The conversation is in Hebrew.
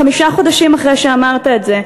חמישה חודשים אחרי שאמרת את זה,